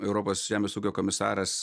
europos žemės ūkio komisaras